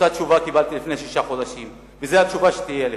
אותה תשובה קיבלתי לפני שישה חודשים וזו התשובה שתהיה לך,